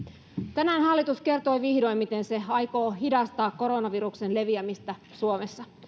tänään hallitus kertoi vihdoin miten se aikoo hidastaa koronaviruksen leviämistä suomessa